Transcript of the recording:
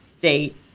date